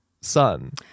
son